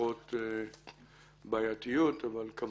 נעדרות בעייתיות, אבל אם